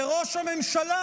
וראש הממשלה,